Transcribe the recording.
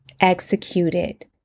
executed